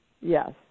Yes